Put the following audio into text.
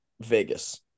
Vegas